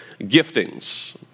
giftings